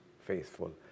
faithful